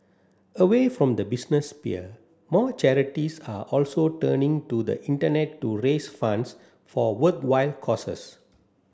away from the business sphere more charities are also turning to the Internet to raise funds for worthwhile causes